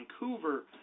Vancouver